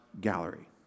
Gallery